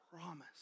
promise